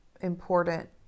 important